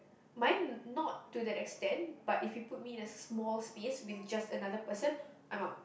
mine not to that extent but if you put me in a small space with just another person I'm out